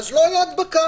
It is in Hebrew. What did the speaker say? ולא תהיה הדבקה.